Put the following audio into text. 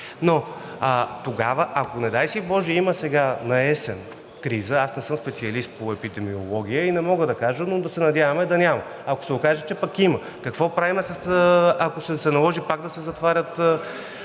Но тогава, ако, не дай си боже, има сега наесен криза, аз не съм специалист по епидемиология и не мога да кажа, но да се надяваме да няма. Ако се окаже, че пък има, какво правим, ако се наложи пак да се затварят?